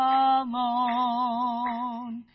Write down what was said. alone